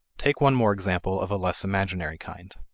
take one more example of a less imaginary kind.